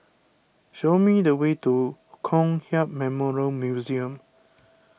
show me the way to Kong Hiap Memorial Museum